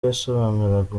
yasobanuraga